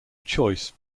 choice